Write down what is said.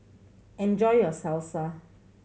enjoy your Salsa